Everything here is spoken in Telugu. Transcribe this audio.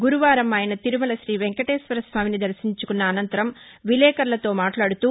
గురువారం ఆయన తిరుమల శ్రీ వెంకటేశ్వరస్వామిని దర్శించుకున్న అనంతరం విలేకరులతో మాట్లాడుతూ